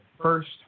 first